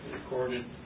recorded